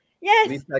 Yes